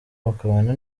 bakabana